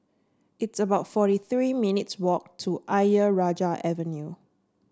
it's about forty three minutes' walk to Ayer Rajah Avenue